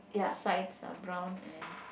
side are brown and